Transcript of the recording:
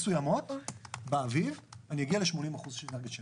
מסוימות באביב אני אגיע ל-80% של אנרגיית שמש.